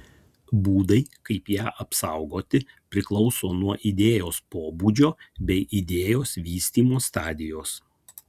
būdai kaip ją apsaugoti priklauso nuo idėjos pobūdžio bei idėjos vystymo stadijos